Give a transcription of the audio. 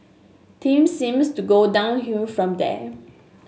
things seems to go downhill from there